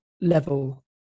level